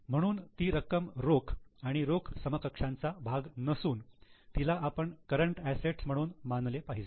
म्हणून ती रक्कम रोख आणि रोख समकक्षांचा भाग नसुन तिला आपण करंट असेट्स म्हणून मानले पाहिजे